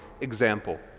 example